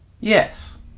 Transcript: Yes